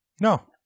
No